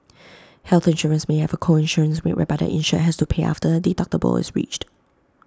health insurance may have A co insurance rate whereby the insured has to pay after the deductible is reached